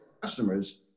customers